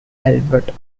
albert